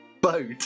boat